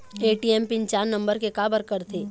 ATM pin चार number के काबर करथे?